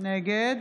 נגד